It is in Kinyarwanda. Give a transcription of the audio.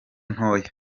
ntoya